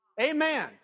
Amen